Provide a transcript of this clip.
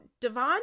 Devon